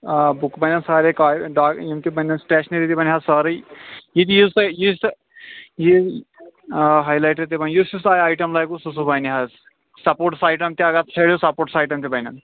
آ بُک بنَن سٲریٚے یِم تہِ بنَن سِٹیشنٔری تہِ بنہِ حظ سأرٕے ییٚتہِ یُس تۅہہِ یُس تۅہہِ یِم آ ہاے لایٹر تہِ بنہِ یُس یُس ایٹم لگوٕ سُہ سُہ بنہِ حظ سپوٹس ایٹم تہِ اگر تھٲوِی سپورٹس اَٹیم تہِ بنَن